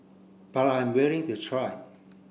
but I'm willing to try